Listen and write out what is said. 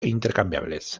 intercambiables